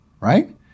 right